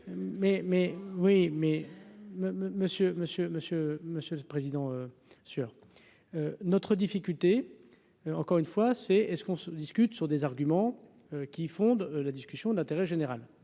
monsieur, monsieur, monsieur le président, sur notre difficulté, encore une fois c'est est-ce qu'on discute sur des arguments qui fonde la discussion d'intérêt général